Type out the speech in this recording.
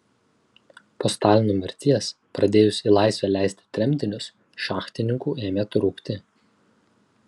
po stalino mirties pradėjus į laisvę leisti tremtinius šachtininkų ėmė trūkti